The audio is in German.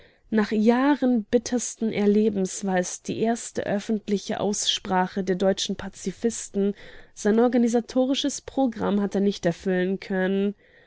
nach jahren bittersten erlebens war es die erste öffentliche aussprache der deutschen pazifisten sein organisatorisches programm hat er nicht erfüllen können